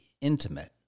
intimate